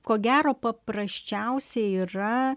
ko gero paprasčiausiai yra